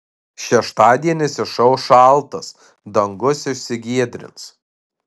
šeštadienis išauš šaltas dangus išsigiedrins